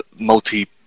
multi